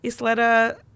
Isleta